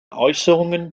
äußerungen